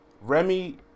Remy